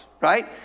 right